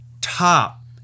top